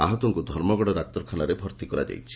ଆହତଙ୍ଙ୍ ଧର୍ମଗଡ ଡାକ୍ତରଖାନାରେ ଭର୍ତ୍ତି କରାଯାଇଛି